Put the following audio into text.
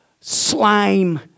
slime